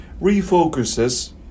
refocuses